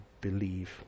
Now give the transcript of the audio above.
believe